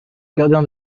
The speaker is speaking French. gardien